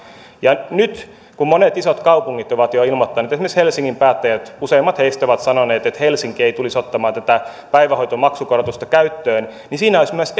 nyt kun monet isot kaupungit ovat jo ilmoittaneet esimerkiksi helsingin päättäjistä useimmat ovat sanoneet että helsinki ei tulisi ottamaan tätä päivähoitomaksukorotusta käyttöön niin siinä olisi myös